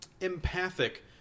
empathic